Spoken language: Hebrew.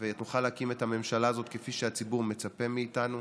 ונוכל להקים את הממשלה הזאת כפי שהציבור מצפה מאיתנו.